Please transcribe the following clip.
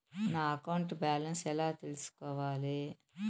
నా account balance ఎలా తెల్సుకోవాలి